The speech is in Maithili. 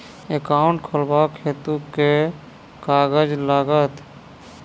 एकाउन्ट खोलाबक हेतु केँ कागज लागत?